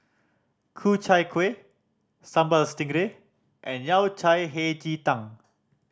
Ku Chai Kuih Sambal Stingray and Yao Cai Hei Ji Tang